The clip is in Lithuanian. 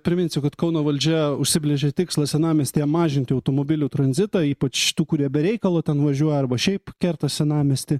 priminsiu kad kauno valdžia užsibrėžė tikslą senamiestyje mažinti automobilių tranzitą ypač tų kurie be reikalo ten važiuoja arba šiaip kerta senamiestį